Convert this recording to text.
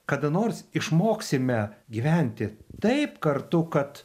kada nors išmoksime gyventi taip kartu kad